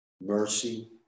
Mercy